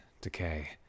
Decay